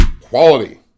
Quality